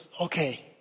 okay